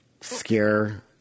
scare